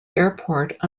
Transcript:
airport